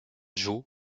joe